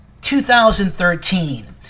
2013